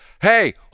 hey